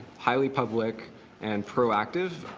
highly public and proactive,